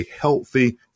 healthy